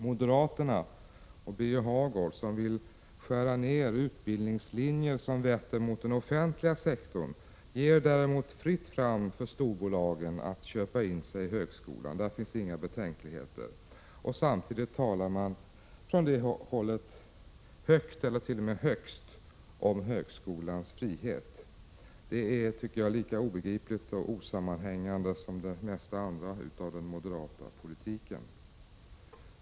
Moderaterna och Birger Hagård, som vill skära ner utbildningslinjer som vetter mot den offentliga sektorn, ger däremot fritt fram för storbolagen att köpa in sig i högskolan. Där finns inga betänkligheter. Samtidigt talar man från det hållet högt eller t.o.m. högst om högskolans frihet. Det är lika obegripligt och osammanhängande som det mesta av den moderata politiken.